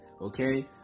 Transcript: okay